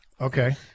Okay